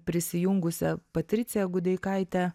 prisijungusią patriciją gudeikaitę